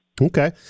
Okay